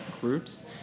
groups